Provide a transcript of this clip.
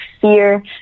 fear